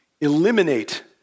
eliminate